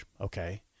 Okay